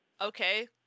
Okay